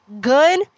good